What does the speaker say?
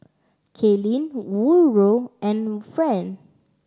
Kaylynn Woodroe and Friend